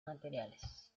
materiales